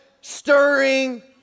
stirring